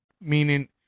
Meaning